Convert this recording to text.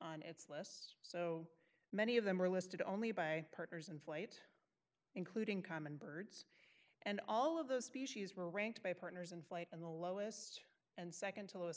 on its lists so many of them are listed only by partners in flight including common birds and all of those species were ranked by partners in flight and the lowest and nd to lo